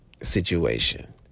Situation